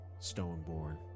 stoneborn